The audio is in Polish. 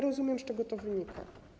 Rozumiem, z czego to wynika.